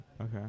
Okay